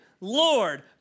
Lord